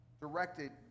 directed